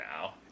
now